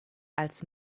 als